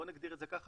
נגדיר את זה כך,